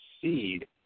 seed